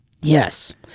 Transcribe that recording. yes